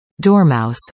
Dormouse